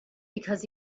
because